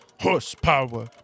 horsepower